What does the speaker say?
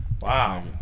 Wow